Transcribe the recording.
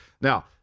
Now